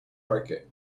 market